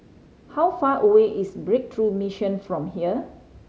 how far away is Breakthrough Mission from here